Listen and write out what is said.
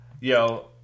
Yo